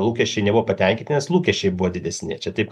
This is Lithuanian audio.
lūkesčiai nebuvo patenkinti nes lūkesčiai buvo didesni čia taip